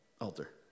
altar